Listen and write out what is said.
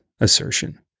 assertion